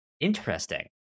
interesting